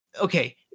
okay